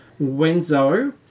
Wenzo